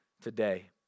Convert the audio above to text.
today